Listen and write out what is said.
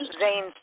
Zane